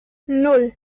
nan